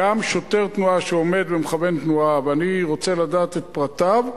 גם שוטר תנועה שעומד ומכוון תנועה ואני רוצה לדעת את פרטיו,